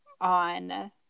on